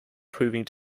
proving